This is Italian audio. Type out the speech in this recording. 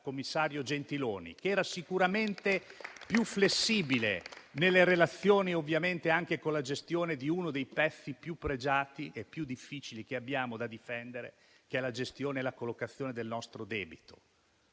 commissario Gentiloni, che era sicuramente più flessibile nelle relazioni, ovviamente anche con la gestione di uno dei pezzi più pregiati e difficili che abbiamo da difendere, che è la collocazione del nostro debito.